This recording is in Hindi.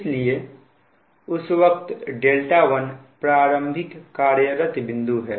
इसलिए उस वक्त δ1 प्रारंभिक कार्यरत बिंदु है